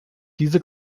diese